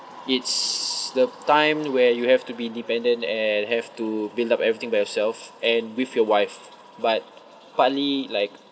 it's the time where you have to be independent and have to build up everything by yourself and with your wife but partly like